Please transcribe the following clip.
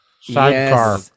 Sidecar